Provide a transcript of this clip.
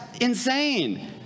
insane